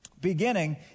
beginning